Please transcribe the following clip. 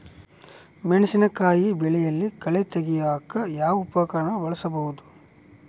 ಮೆಣಸಿನಕಾಯಿ ಬೆಳೆಯಲ್ಲಿ ಕಳೆ ತೆಗಿಯಾಕ ಯಾವ ಉಪಕರಣ ಬಳಸಬಹುದು?